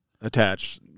attach